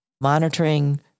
monitoring